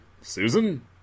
Susan